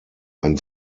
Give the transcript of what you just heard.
ein